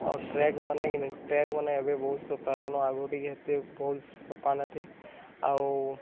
ଆଉ ଟ୍ରାକ୍ମାନକେ କିନି ଟ୍ରାକ୍ମାନେ ଏବେ ବହୁତ ସଫା ହେଲାନ୍ ଆଗରୁ ଟିକେ ଏତେ ବହୁତ୍ ସଫା ନ ଥି ଆଉ